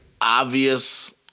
obvious